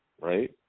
right